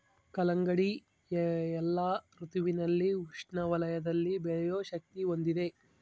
ಕಲ್ಲಂಗಡಿ ಎಲ್ಲಾ ಋತುವಿನಲ್ಲಿ ಉಷ್ಣ ವಲಯದಲ್ಲಿ ಬೆಳೆಯೋ ಶಕ್ತಿ ಹೊಂದಿದೆ